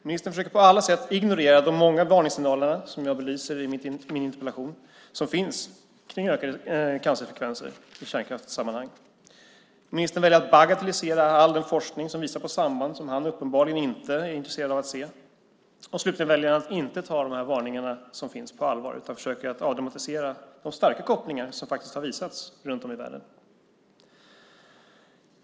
Ministern försöker på alla sätt ignorera de många varningssignaler som jag belyser i min interpellation och som finns beträffande ökade cancerfrekvenser i kärnkraftssammanhang. Ministern väljer att bagatellisera all den forskning som visar på samband som han uppenbarligen inte är intresserad av att se. Slutligen väljer han att inte ta de varningar som finns på allvar utan försöker avdramatisera de starka kopplingar som faktiskt har visats runt om i världen.